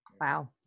Wow